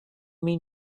mean